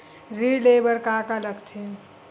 ऋण ले बर का का लगथे?